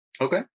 Okay